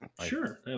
sure